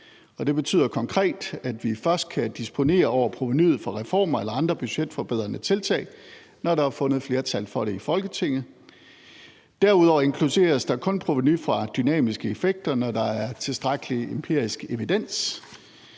det betyder konkret, at vi først kan disponere over provenuet fra reformer eller andre budgetforbedrende tiltag, når der er fundet flertal for det i Folketinget. Derudover inkluderes der kun provenu fra dynamiske effekter, når der er tilstrækkelig empirisk evidens.